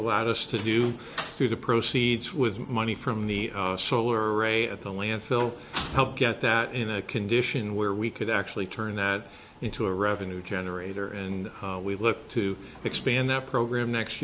allowed us to do through the proceeds with money from the solar array at the land will help get that in a condition where we could actually turn that into a revenue generator and we look to expand that program next